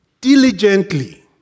Diligently